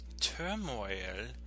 turmoil